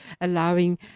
allowing